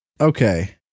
okay